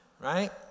right